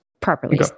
properly